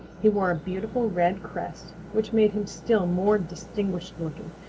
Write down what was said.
he wore a beautiful red crest which made him still more distinguished looking,